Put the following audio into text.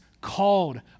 called